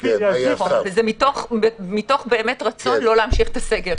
--- וזה מתוך באמת רצון לא להמשיך את הסגר.